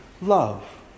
love